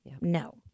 No